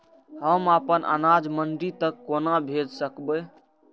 हम अपन अनाज मंडी तक कोना भेज सकबै?